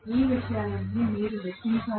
ఈ విషయాలన్నీ మీరు లెక్కించాల్సిన విషయం Temax